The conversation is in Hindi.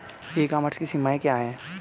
ई कॉमर्स की सीमाएं क्या हैं?